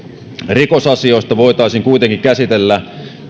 rikosasioita voitaisiin kuitenkin käsitellä